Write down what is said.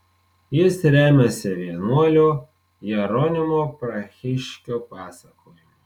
jis remiasi vienuolio jeronimo prahiškio pasakojimu